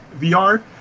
VR